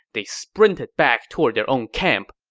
they sprinted back toward their own camp,